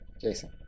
Jason